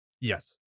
Yes